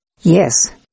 Yes